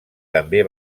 també